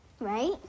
right